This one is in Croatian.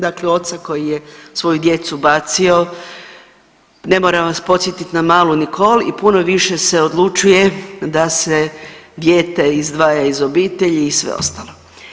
Dakle oca koji je svoju djecu bacio, ne moram vas podsjetiti na malu Nikol i puno više se odlučuje da se dijete izdvaja iz obitelji i sve ostalo.